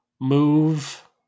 move